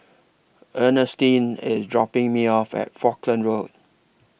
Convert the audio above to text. Earnestine IS dropping Me off At Falkland Road